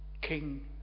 King